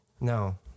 No